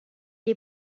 est